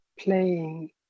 playing